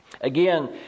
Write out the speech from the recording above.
Again